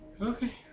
Okay